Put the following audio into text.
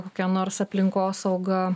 kokia nors aplinkosauga